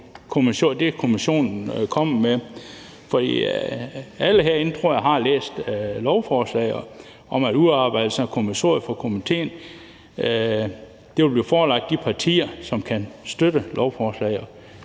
det, komitéen kommer med, for alle herinde, tror jeg, har læst lovforslaget om, at udarbejdelsen af kommissoriet for komitéen vil blive forelagt de partier, som kan støtte lovforslaget.